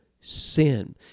sin